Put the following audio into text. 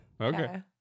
Okay